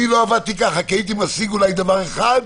לא עבדתי כך, כי הייתי משיג אולי דבר אחד,